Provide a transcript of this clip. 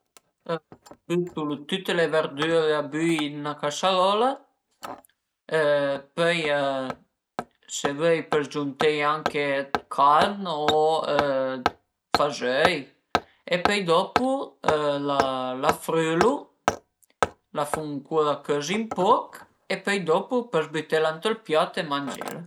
Bütu tüte le verdüre a böi ënt üna casarola, pöi se vöi pös giunteie anche dë carn o dë fazöi e pöi dopu la frülu, la fun ancura cözi ën poch e pöi dopu pös bütela ënt ün piat e mangela